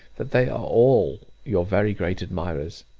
that they are all your very great admirers.